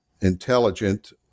intelligent